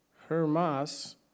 Hermas